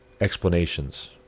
explanations